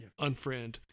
Unfriend